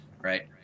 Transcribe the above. right